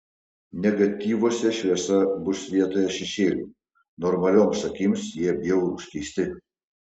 negatyvuose šviesa bus vietoj šešėlių normalioms akims jie bjaurūs keisti